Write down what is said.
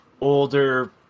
older